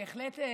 בהחלט,